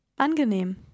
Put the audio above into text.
Angenehm